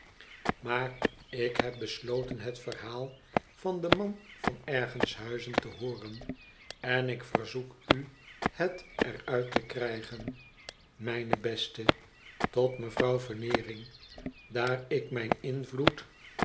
maar ik heb besloten het verhaal van den man van ergenshuizen te hooren en ik verzoek u het er uit te krijgen mijne beste tot mevrouw veneering idaar ik mijn invloed